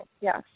Yes